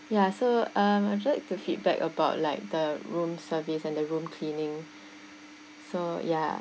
ya so um I'd just like to feedback about like the room service and the room cleaning so ya